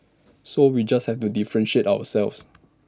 so we just have to differentiate ourselves